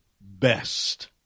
best